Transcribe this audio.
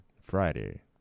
Friday